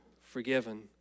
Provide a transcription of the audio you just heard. forgiven